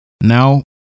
now